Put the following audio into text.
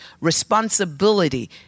responsibility